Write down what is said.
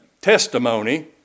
testimony